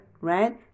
right